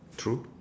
true